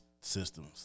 systems